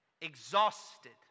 exhausted